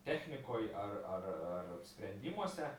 technikoj ar ar ar sprendimuose